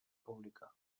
pública